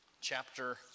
chapter